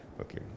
Okay